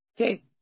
Okay